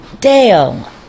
Dale